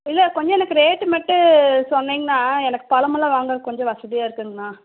இல்லை கொஞ்சம் எனக்கு ரேட்டு மட்டும் சொன்னிங்கன்னா எனக்கு பழமெல்லாம் வாங்க கொஞ்சம் வசதியாக இருக்கும்ங்கண்ணா